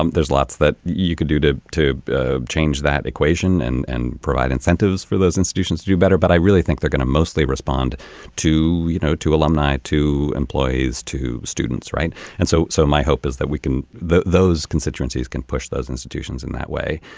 um there's lots that you could do to to ah change that equation and and provide incentives for those institutions to do better but i really think they're going to mostly respond to you know to alumni to employees to students right. and so so my hope is that we can those constituencies can push those institutions in that way.